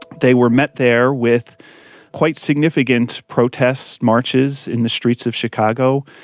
they were met there with quite significant protest marches in the streets of chicago,